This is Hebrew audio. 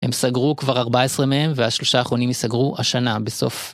הם סגרו כבר 14 מהם והשלושה האחרונים יסגרו השנה בסוף.